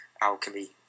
alchemy